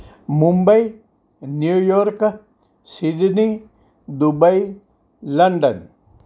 Mumbai New York Sydney Dubai London